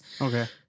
Okay